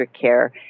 care